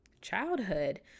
childhood